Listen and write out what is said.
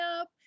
up